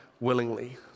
willingly